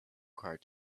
kart